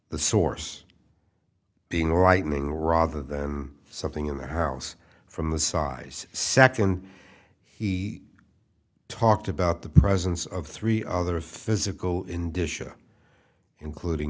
the source being right now rather than something in the house from the size second he talked about the presence of three other physical in disha including